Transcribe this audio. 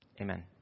Amen